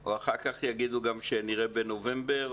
או שאחר כך יגידו נראה בנובמבר?